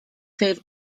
save